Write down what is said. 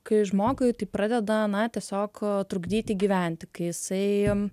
kai žmogui tai pradeda na tiesiog trukdyti gyventi kai jisai